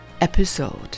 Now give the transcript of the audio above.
episode